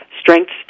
strengths